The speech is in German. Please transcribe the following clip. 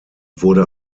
wurde